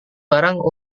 barang